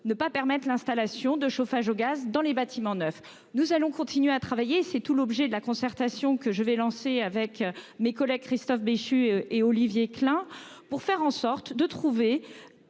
ne pas permettre l'installation de chauffage au gaz dans les bâtiments neufs. Nous allons continuer à travailler. C'est tout l'objet de la concertation que je vais lancer avec mes collègues Christophe Béchu et Olivier Klein, pour faire en sorte de trouver